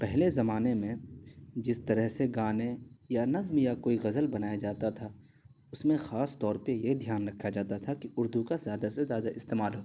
پہلے زمانے میں جس طرح سے گانے یا نظم یا کوئی غزل بنایا جاتا تھا اس میں خاص طور پہ یہ دھیان رکھا جاتا تھا کہ اردو کا زیادہ سے زیادہ استعمال ہو